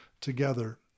together